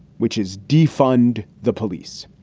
which is defund the police.